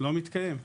לא מתקיימת.